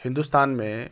ہندوستان میں